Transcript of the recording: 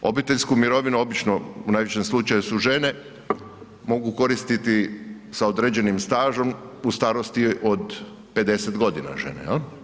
Obiteljski mirovinu obično u najvećem slučaju su žene mogu koristiti sa određenim stažom u starosti od 50 godina žene jel.